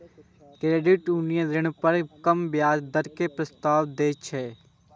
credit union ऋण पर कम ब्याज दर के प्रस्ताव दै छै